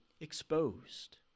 Exposed